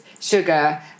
sugar